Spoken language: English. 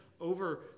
over